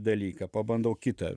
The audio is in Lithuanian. dalyką pabandau kitą